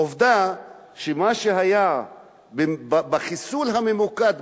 עובדה שמה שהיה בחיסול הממוקד,